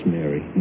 Mary